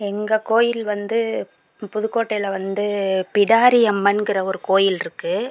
எங்கள் கோயில் வந்து புதுக்கோட்டையில் வந்து பிடாரி அம்மன்கிற ஒரு கோயில் இருக்கு